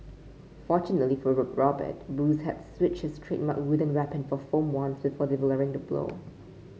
fortunately for Robert Bruce had switched his trademark wooden weapon for foam ones before delivering the blow